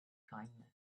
kindness